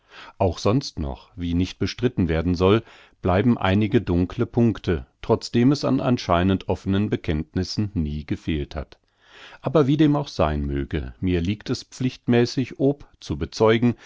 auch sonst noch wie nicht bestritten werden soll bleiben einige dunkle punkte trotzdem es an anscheinend offenen bekenntnissen nie gefehlt hat aber wie dem auch sein möge mir liegt es pflichtmäßig ob zu bezeugen